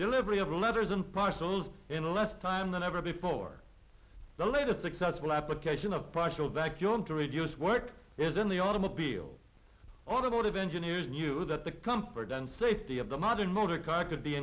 delivery of letters and parcels in less time than ever before the latest successful application of pressure vacuum to radios work is in the automobile automotive engineers knew that the comfort and safety of the modern motor car could be